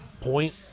point